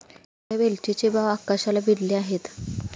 हिरव्या वेलचीचे भाव आकाशाला भिडले आहेत